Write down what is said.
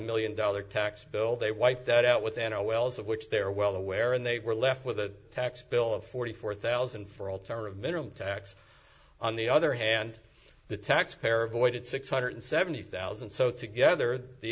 million dollar tax bill they wiped out within a wells of which they're well aware and they were left with a tax bill of forty four thousand for alternative minimum tax on the other hand the tax fair avoided six hundred seventy thousand so together the